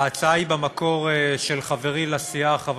ההצעה היא במקור של חברי לסיעה חבר